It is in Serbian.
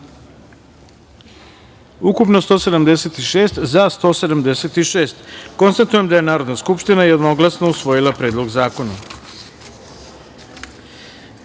ukupno 176, za – 176.Konstatujem da je Narodna skupština jednoglasno usvojila Predlog